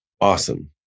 Awesome